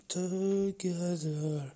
together